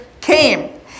came